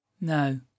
No